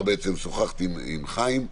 שוחחתי עם חיים,